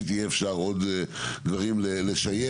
יהיה אפשר לשייף עוד דברים או להסביר.